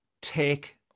take